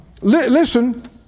Listen